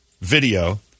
video